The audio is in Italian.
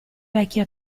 vecchio